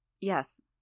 Yes